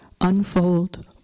unfold